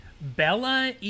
Bella